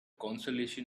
consolation